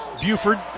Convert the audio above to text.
Buford